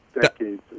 decades